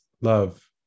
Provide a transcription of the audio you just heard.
love